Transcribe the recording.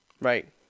Right